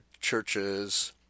churches